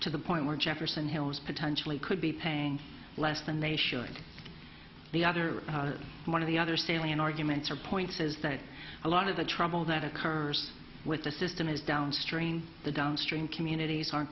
to the point where jefferson hills potentially could be paying less and they should the other one of the other salient arguments or points is that a lot of the trouble that occurs with the system is down strain the downstream communities aren't